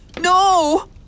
No